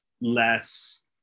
less